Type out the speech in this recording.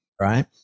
right